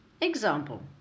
Example